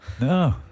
No